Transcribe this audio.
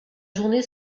journée